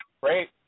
Great